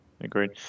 Agreed